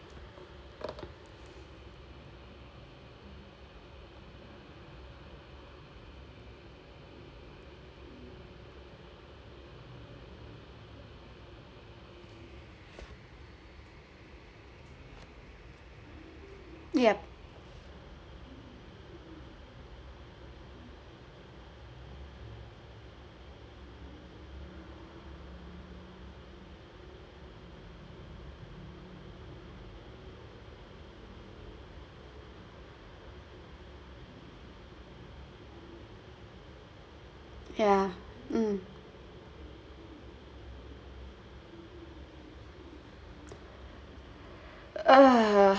yup yeah mm uh